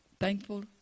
thankful